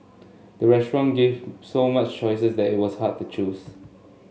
the restaurant gave so much choices that it was hard to choose